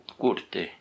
curte